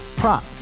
prop